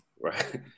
Right